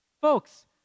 Folks